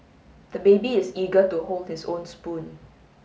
the baby is eager to hold his own spoon